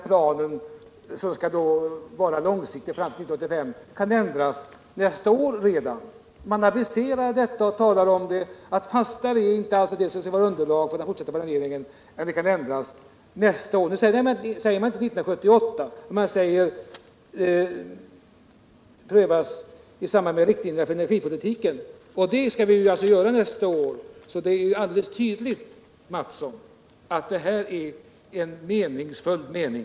Planen skall vara långsiktig till 1985, men kan ändras redan nästa år. Fastare är alltså inte underlaget för den fortsatta planeringen. Man säger inte 1978, men man säger att det kan prövas i samband med riktlinjerna för energipolitiken. Detta senare skall vi göra nästa år, så det är alldeles tydligt, Kjell Mattsson, att detta är en meningsfull mening.